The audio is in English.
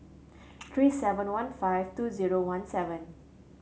three seven one five two zero one seven